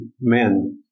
men